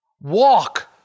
Walk